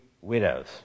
widows